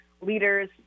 leaders